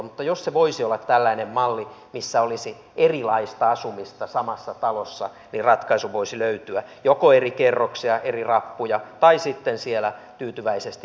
mutta jos se voisi olla tällainen malli missä olisi erilaista asumista samassa talossa niin ratkaisu voisi löytyä joko eri kerroksia eri rappuja tai sitten siellä tyytyväisesti sekaisin